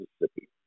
Mississippi